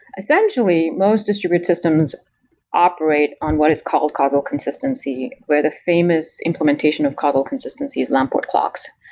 essentially, most distributed systems operate on what is called causal consistency, where the famous implementation of causal consistency is lamport clocks,